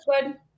good